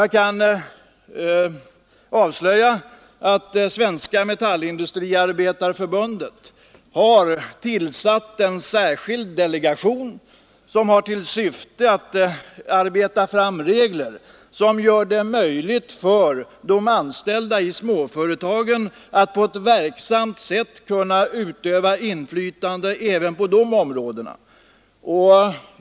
Jag kan avslöja att Svenska metallindustriarbetareförbundet har tillsatt en särskild delegation, som har till syfte att arbeta fram regler som gör det möjligt för de anställda i småföretagen att på ett verksamt sätt utöva inflytande även på de områdena.